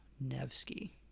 Nevsky